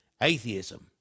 atheism